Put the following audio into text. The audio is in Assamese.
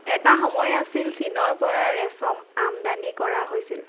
এটা সময় আছিল চীনৰ পৰা ৰেচম আমদানি কৰা হৈছিল